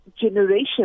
generation